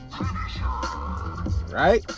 Right